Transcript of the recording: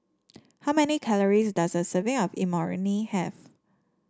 how many calories does a serving of Imoni have